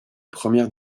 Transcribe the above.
premières